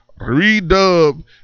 redub